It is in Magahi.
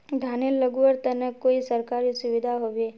धानेर लगवार तने कोई सरकारी सुविधा होबे?